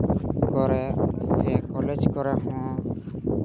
ᱠᱚᱨᱮ ᱥᱮ ᱠᱚᱞᱮᱡᱽ ᱠᱚᱨᱮ ᱦᱚᱸ